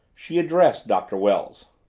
she addressed doctor wells.